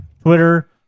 Twitter